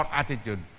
attitude